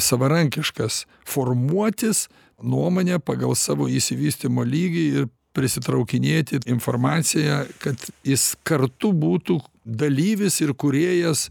savarankiškas formuotis nuomonę pagal savo išsivystymo lygį ir prisitraukinėti informaciją kad jis kartu būtų dalyvis ir kūrėjas